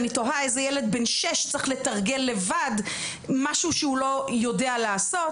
אני תוהה איזה ילד בן שש צריך לתרגל לבד משהו שהוא לא יודע לעשות.